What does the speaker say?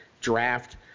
draft